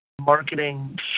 marketing